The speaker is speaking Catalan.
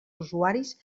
usuaris